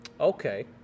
Okay